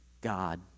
God